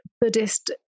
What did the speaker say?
Buddhist